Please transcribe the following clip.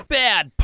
bad